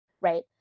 right